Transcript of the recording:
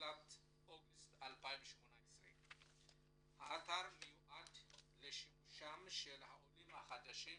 בתחילת אוגוסט 2018. האתר מיועד לשימושם של העולים החדשים